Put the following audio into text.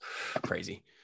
Crazy